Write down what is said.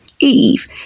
Eve